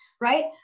Right